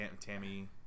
Tammy